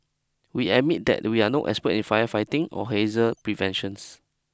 we admit that we are no expert in firefighting or hazel preventions